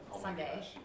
Sunday